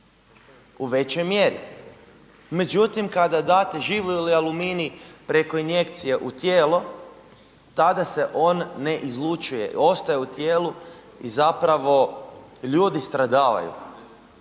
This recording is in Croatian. u većoj mjeri međutim kada date živi aluminij preko injekcije u tijelo, tada se on ne izlučuje, ostaje u tijelu i zapravo ljudi stradavaju.